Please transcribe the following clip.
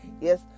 yes